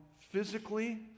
physically